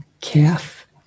calf